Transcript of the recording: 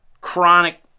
chronic